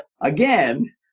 Again